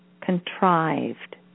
contrived